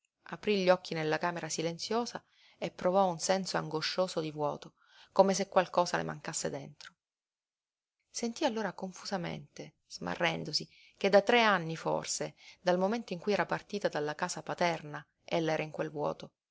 aprí gli occhi nella camera silenziosa e provò un senso angoscioso di vuoto come se qualcosa le mancasse dentro sentí allora confusamente smarrendosi che da tre anni forse dal momento in cui era partita dalla casa paterna ella era in quel vuoto